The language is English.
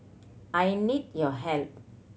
I need your help